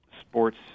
sports